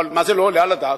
אבל מה זה לא עולה על הדעת?